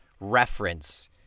reference